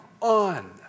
on